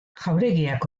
jauregiak